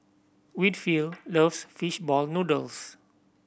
Winfield loves fish ball noodles